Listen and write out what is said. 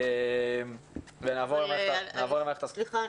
ונעבור למערכת --- סליחה,